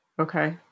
Okay